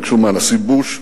ביקשו מהנשיא בוש,